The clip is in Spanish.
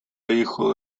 hijo